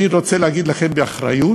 אני רוצה להגיד לכם באחריות,